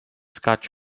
scotch